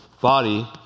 body